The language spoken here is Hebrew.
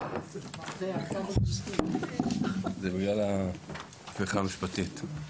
פרמטר שאפשר להבין בו את החשיבות של ההייטק הישראלי הוא למעשה הפריון.